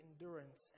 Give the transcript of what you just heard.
endurance